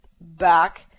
back